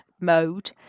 mode